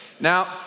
Now